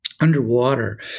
Underwater